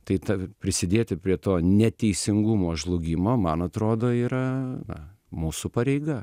tai tad prisidėti prie to neteisingumo žlugimo man atrodo yra mūsų pareiga